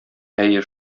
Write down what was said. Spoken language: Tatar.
әйе